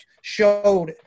showed